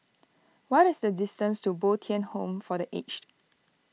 what is the distance to Bo Tien Home for the Aged